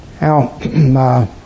Now